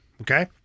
okay